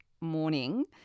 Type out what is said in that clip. morning